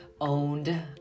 owned